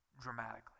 dramatically